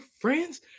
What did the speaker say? friends